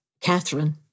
Catherine